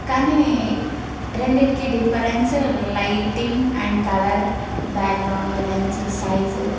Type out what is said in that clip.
కానీ రెండిటికి difference lighting and colour background lens size